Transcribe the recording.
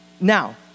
now